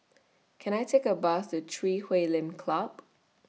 Can I Take A Bus to Chui Huay Lim Club